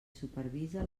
supervisa